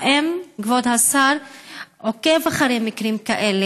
האם כבוד השר עוקב אחרי מקרים כאלה?